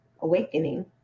awakening